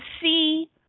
see